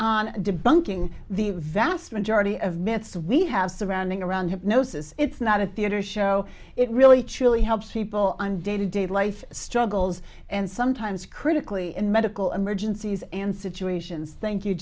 debunking the vast majority of myths we have surrounding around hypnosis it's not a theatre show it really really helps people on day to day life struggles and sometimes critically in medical emergencies and situations thank you